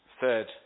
Third